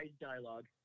dialogue